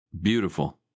beautiful